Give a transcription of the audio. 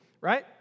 right